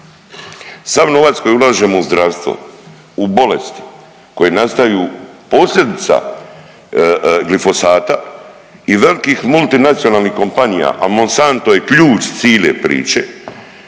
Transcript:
Sav novac koji ulažemo u zdravstvo u bolesti koje nastaju posljedica glifosata i velikih multinacionalnih kompanija, a Monsanto je ključ cile priče